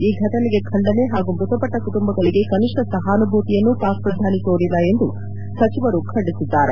ಈ ಘಟನೆಗೆ ಖಂಡನೆ ಹಾಗೂ ಮೃತಪಟ್ಟ ಕುಟುಂಬಗಳಿಗೆ ಕನಿಷ್ಠ ಸಹಾನುಭೂತಿಯನ್ನು ಪಾಕ್ ಪ್ರಧಾನಿ ತೋರಿಲ್ಲ ಎಂದು ಸಚಿವರು ಖಂಡಿಸಿದ್ದಾರೆ